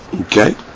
Okay